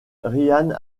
ryan